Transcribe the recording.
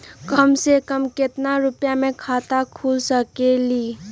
कम से कम केतना रुपया में खाता खुल सकेली?